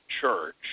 Church